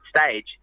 stage